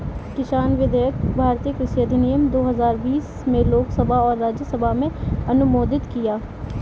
किसान विधेयक भारतीय कृषि अधिनियम दो हजार बीस में लोकसभा और राज्यसभा में अनुमोदित किया